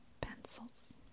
pencils